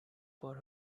for